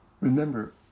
Remember